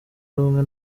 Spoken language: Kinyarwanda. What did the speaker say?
rumwe